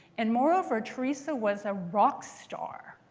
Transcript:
and moreover, teresa was a rock star.